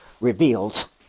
revealed